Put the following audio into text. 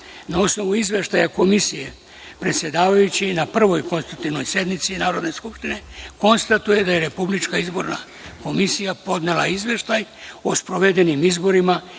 osnovu izveštaja komisije, predsedavajući na Prvoj (konstitutivnoj) sednici Narodne skupštine konstatuje da je Republička izborna komisija podnela izveštaj o sprovedenim izborima i